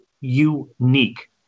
unique